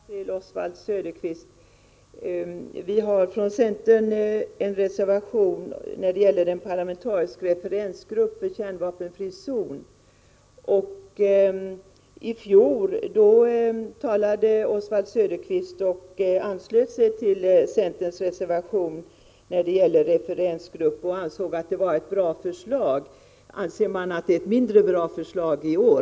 Herr talman! Jag skulle vilja ställa en fråga till Oswald Söderqvist. Vi har från centern en reservation när det gäller den parlamentariska referensgruppen för kärnvapenfri zon. I fjol anslöt sig Oswald Söderqvist till centerns reservation när det gäller referensgruppen och ansåg att det var ett bra förslag. Anser man att det är ett mindre bra förslag i år?